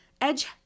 Edge